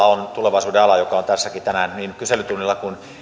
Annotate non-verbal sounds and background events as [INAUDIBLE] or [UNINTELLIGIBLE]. [UNINTELLIGIBLE] on tulevaisuuden ala mikä on tässäkin tänään niin kyselytunnilla kuin